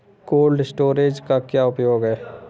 Cold storage का क्या उपयोग है?